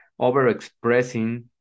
overexpressing